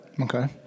Okay